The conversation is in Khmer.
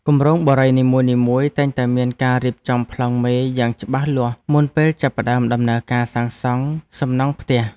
គម្រោងបុរីនីមួយៗតែងតែមានការរៀបចំប្លង់មេយ៉ាងច្បាស់លាស់មុនពេលចាប់ផ្តើមដំណើរការសាងសង់សំណង់ផ្ទះ។